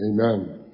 Amen